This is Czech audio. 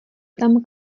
tam